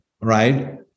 right